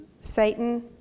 Satan